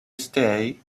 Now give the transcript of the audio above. stay